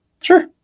Sure